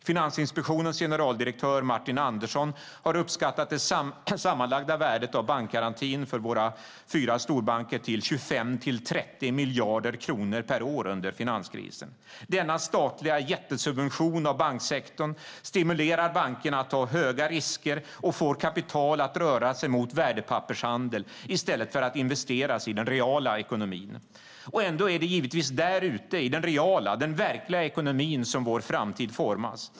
Finansinspektionens generaldirektör Martin Andersson har uppskattat det sammanlagda värdet av bankgarantin för våra fyra storbanker till 25-30 miljarder kronor per år under finanskrisen. Denna statliga jättesubvention av banksektorn stimulerar bankerna att ta höga risker och får kapital att röra sig mot värdepappershandel i stället för att investeras i den reala ekonomin. Ändå är det givetvis ute i den reala - verkliga - ekonomin vår framtid formas.